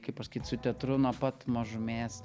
kaip pasakyt su teatru nuo pat mažumės